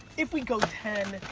if we go ten,